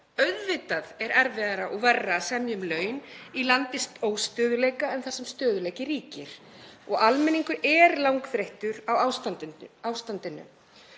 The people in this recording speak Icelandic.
Auðvitað er erfiðara og verra að semja um laun í landi óstöðugleika en þar sem stöðugleiki ríkir. Almenningur er langþreyttur á ástandinu.